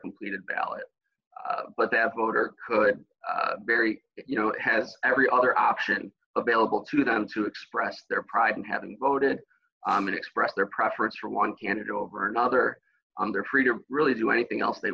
completed ballot but that voter could barry you know has every other option available to them to express their pride in having voted and express their preference for one candidate over another they're free to really do anything else they